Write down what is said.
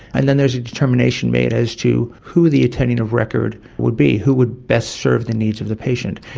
and then there is a determination made as to who the attending of record would be, who would best serve the needs of the patient.